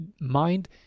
Mind